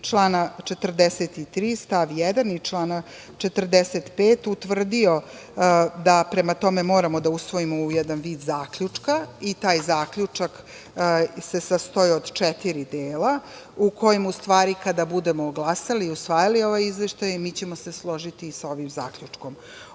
člana 43. stav 1. i člana 45, utvrdio da prema tome moramo da usvojimo jedan vid zaključka i taj zaključak se sastoji od četiri dela u kojem, kada budemo glasali i usvajali ovaj Izveštaj, ćemo se mi složiti i sa ovim zaključkom. Ovaj